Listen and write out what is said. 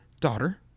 Daughter